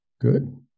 Good